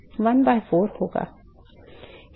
यह integral क्या है